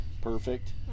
perfect